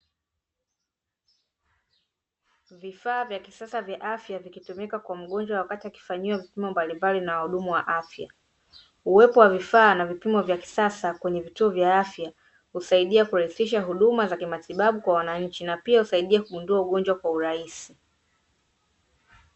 Vifaa vya kisasa vya afya vikitumika kwa mgonjwa wakati akifanyiwa vipimo mbalimbali na wahudumu wa afya. Uwepo wa vifaa na vipimo vya kisasa kwenye vituo vya afya, husaidia kurahisisha huduma za kimatibabu kwa wananchi na pia husaidia kugundua ugonjwa kwa urahisi.